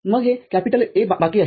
मग हे A बाकी आहे